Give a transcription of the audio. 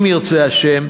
אם ירצה השם,